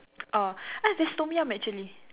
uh uh there's Tom-Yum actually